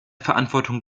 verantwortung